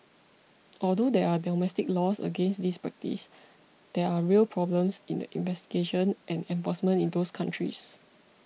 although there are domestic laws against this practice there are real problems in the investigation and enforcement in those countries